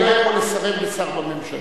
אני לא יכול לסרב לשר בממשלה.